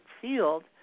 field